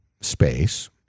space